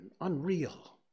unreal